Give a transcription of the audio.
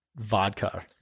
vodka